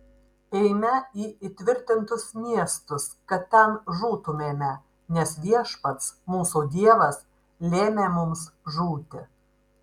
eime į įtvirtintus miestus kad ten žūtumėme nes viešpats mūsų dievas lėmė mums žūti